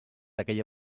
aquella